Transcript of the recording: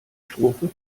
strophe